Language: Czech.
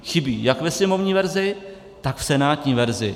Chybí jak ve sněmovní verzi, tak v senátní verzi.